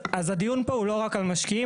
אז הדיון פה הוא לא רק על משקיעים,